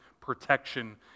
protection